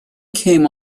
came